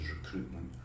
recruitment